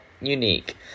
unique